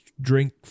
drink